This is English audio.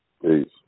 peace